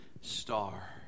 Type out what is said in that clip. star